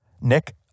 Nick